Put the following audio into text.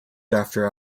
after